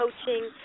coaching